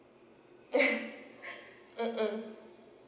mm mm